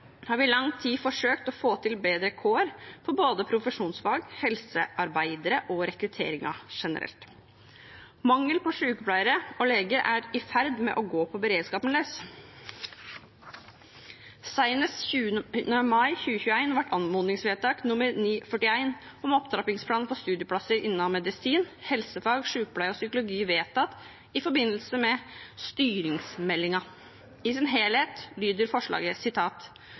har vi i lang tid forsøkt å få til bedre kår for både profesjonsfag, helsearbeidere og rekrutteringen generelt. Mangelen på sjukepleiere og leger er i ferd med å gå på beredskapen løs. Senest 20. mai 2021 ble anmodningsvedtak nr. 941, om opptrappingsplan for studieplasser innen medisin, helsefag, sjukepleie og psykologi vedtatt, i forbindelse med styringsmeldingen. I sin helhet lyder forslaget: